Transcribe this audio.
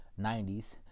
90s